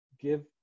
give